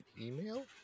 email